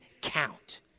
count